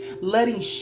letting